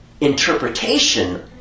interpretation